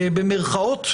שבמירכאות,